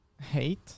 hate